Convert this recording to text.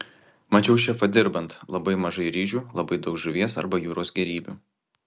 mačiau šefą dirbant labai mažai ryžių labai daug žuvies arba jūros gėrybių